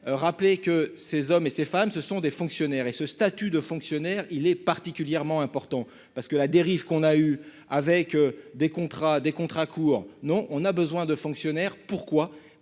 rappeler que ces hommes et ces femmes, ce sont des fonctionnaires et ce statut de fonctionnaire, il est particulièrement important, parce que la dérive qu'on a eues avec des contrats, des contrats courts, non, on a besoin de fonctionnaires, pourquoi,